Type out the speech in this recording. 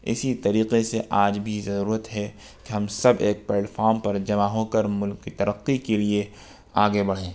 اسی طریقے سے آج بھی ضرورت ہے کہ ہم سب ایک پلیٹ فارم پے جمع ہوکر ملک کی ترقی کے لیے آگے بڑھیں